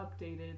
updated